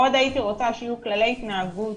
מאוד הייתי רוצה שיהיו כללי התנהגות